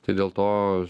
tai dėl to